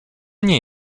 nie